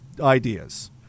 ideas